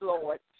Lord